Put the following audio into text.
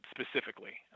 specifically